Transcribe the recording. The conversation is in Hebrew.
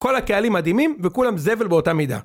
כל הקהלים מדהימים וכולם זבל באותה מידה